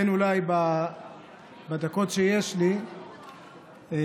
אולי בדקות שיש לי,